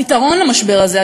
הפתרון למשבר הזה,